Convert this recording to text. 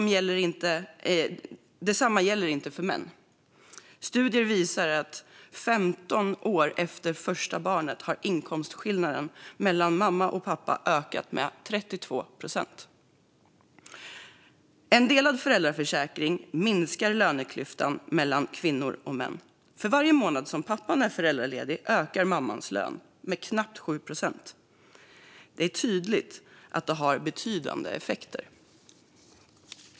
Detsamma gäller inte för män. Studier visar att 15 år efter första barnet har inkomstskillnaden mellan mamma och pappa ökat med 32 procent. En delad föräldraförsäkring minskar löneklyftan mellan kvinnor och män. För varje månad som pappan är föräldraledig ökar mammans lön med knappt 7 procent. Det är tydligt att det har betydande effekter.